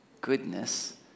goodness